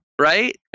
right